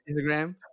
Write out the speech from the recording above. Instagram